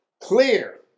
clear